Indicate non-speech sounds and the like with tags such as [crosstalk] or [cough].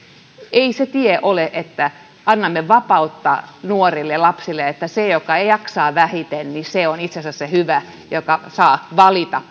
ei se tie ole että annamme vapautta nuorille lapsille että se joka jaksaa vähiten on itse asiassa se hyvä joka saa valita [unintelligible]